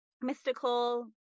mystical